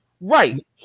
Right